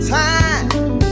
time